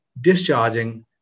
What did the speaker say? discharging